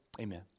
Amen